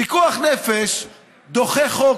פיקוח נפש דוחה חוק.